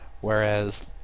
whereas